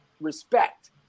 respect